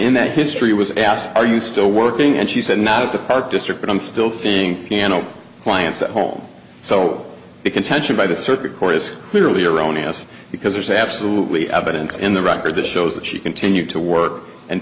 in that history was asked are you still working and she said not at the park district but i'm still seeing piano clients at home so the contention by the circuit court is clearly erroneous because there's absolutely evidence in the record that shows that she continued to work and